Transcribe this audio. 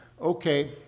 Okay